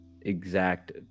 exact